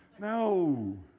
No